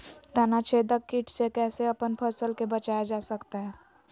तनाछेदक किट से कैसे अपन फसल के बचाया जा सकता हैं?